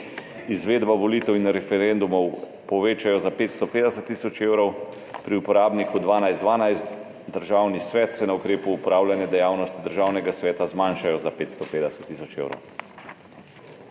Izvedba volitev in referendumov povečajo za 550 tisoč evrov, pri uporabniku 1212 Državni svet se na ukrepu Opravljanje dejavnosti Državnega sveta zmanjšajo za 550 tisoč evrov.